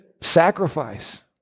Sacrifice